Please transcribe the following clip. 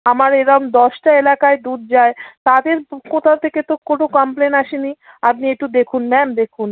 আমার এরম দশটা এলাকায় দুধ যায় তাদের তো কোথাও থেকে তো কোনো কামপ্লেন আসে নি আপনি একটু দেখুন ম্যাম দেখুন